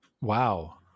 wow